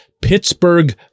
Pittsburgh